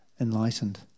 enlightened